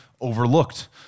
Overlooked